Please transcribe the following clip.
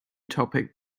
topic